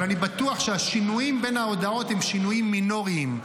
אבל בטוח שהשינויים בין ההודעות הם שינויים מינוריים.